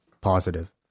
positive